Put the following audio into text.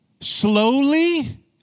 Slowly